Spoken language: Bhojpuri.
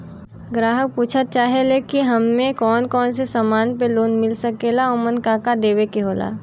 ग्राहक पुछत चाहे ले की हमे कौन कोन से समान पे लोन मील सकेला ओमन का का देवे के होला?